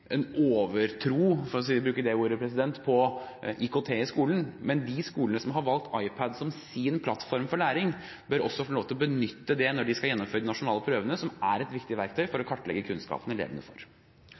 en overtro – for å bruke det ordet – på IKT i skolen, men de skolene som har valgt iPad som sin plattform for læring, bør også få lov til å benytte den når de skal gjennomføre de nasjonale prøvene, som er et viktig verktøy for å kartlegge kunnskapen elevene